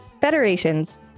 Federations